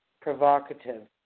provocative